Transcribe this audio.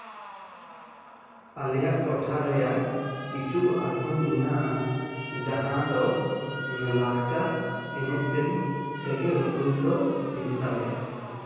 ᱟᱞᱮᱭᱟᱜ ᱴᱚᱴᱷᱟ ᱨᱮᱭᱟᱜ ᱠᱤᱪᱷᱩ ᱟᱛᱳ ᱢᱮᱱᱟᱜᱼᱟ ᱡᱟᱦᱟᱸ ᱫᱚ ᱞᱟᱠᱪᱟᱨ ᱮᱱᱮᱡ ᱥᱮᱨᱮᱧ ᱛᱮᱜᱮ ᱩᱯᱨᱩᱢ ᱫᱚ ᱦᱩᱭᱩᱜ ᱛᱟᱞᱮᱭᱟ